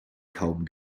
kaum